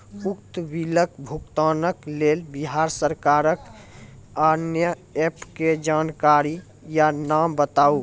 उक्त बिलक भुगतानक लेल बिहार सरकारक आअन्य एप के जानकारी या नाम बताऊ?